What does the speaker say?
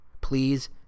Please